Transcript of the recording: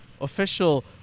official